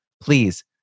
Please